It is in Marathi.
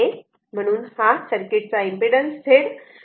म्हणून हा या सर्किट चा इम्पीडन्स Z आहे